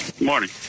morning